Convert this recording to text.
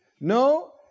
No